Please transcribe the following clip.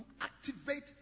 activate